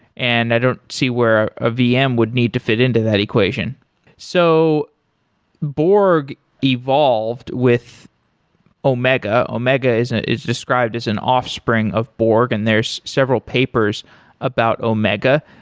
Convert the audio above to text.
and i don't see where a vm would need to fit into that equation so borg evolved with omega. omega is and is described as an offspring of borg and there's several papers about omega.